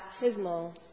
baptismal